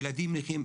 ילדים נכים,